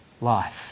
life